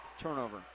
turnover